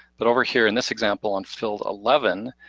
but over here in this example on field eleven,